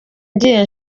ngiye